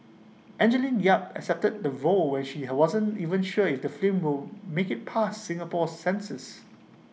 Angeline yap accepted the role when she had wasn't even sure if the film will make IT past Singapore's censors